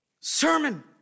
sermon